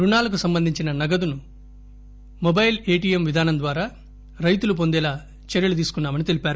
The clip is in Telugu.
రుణాలకు సంబంధించిన నగదును మొబైల్ ఏటీఎం విధానం ద్వారా రైతులు పొందేలా చర్యలు తీసుకున్నా మని తెలిపారు